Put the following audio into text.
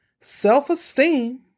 self-esteem